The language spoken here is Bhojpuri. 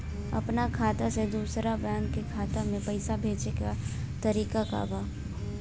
अपना खाता से दूसरा बैंक के खाता में पैसा भेजे के तरीका का बा?